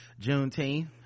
juneteenth